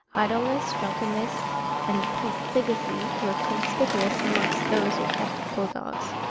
idleness, drunkenness and profligacy, were conspicuous amongst those who kept bull-dogs.